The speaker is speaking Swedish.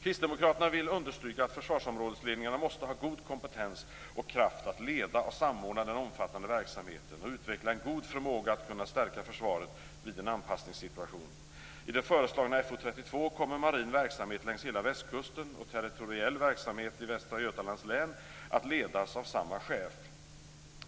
Kristdemokraterna vill understryka att försvarsområdesledningarna måste ha god kompetens och kraft att leda och samordna den omfattande verksamheten och utveckla en god förmåga att stärka försvaret vid en anpassningssituation. I det föreslagna FO32 kommer marin verksamhet längs hela västkusten och territoriell verksamhet i Västra Götalands län att ledas av samma chef.